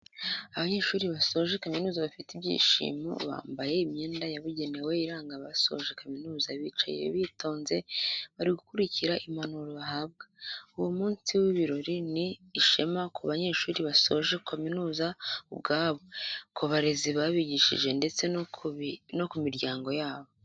Abanyeshuri basoje kamizuza bafite ibyishimo, bambaye imyenda yabugenewe iranga abasoje kaminuza bicaye bitonze bari gukurikira impanuro bahabwa, uwo munsi w'ibirori ni ishema ku banyeshuri basoje kaminuza ubwabo, ku barezi babigishije ndetse no ku miryango yabo.